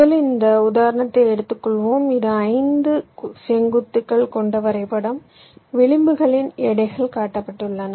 முதலில் இந்த உதாரணத்தை எடுத்துக்கொள்வோம் இது 5 செங்குத்துகள் கொண்ட வரைபடம் விளிம்புகளின் எடைகள் காட்டப்பட்டுள்ளன